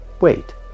wait